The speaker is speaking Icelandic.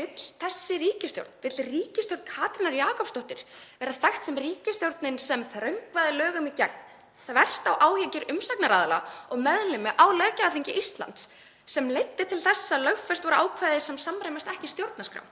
Vill þessi ríkisstjórn, ríkisstjórn Katrínar Jakobsdóttur, vera þekkt sem ríkisstjórnin sem þröngvaði lögum í gegn þvert á áhyggjur umsagnaraðila og fulltrúa á löggjafarþingi Íslands sem leiddi til þess að lögfest voru ákvæði sem samræmast ekki stjórnarskrá?